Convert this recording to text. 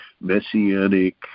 messianic